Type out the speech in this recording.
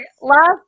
last